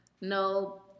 no